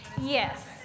Yes